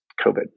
COVID